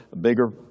bigger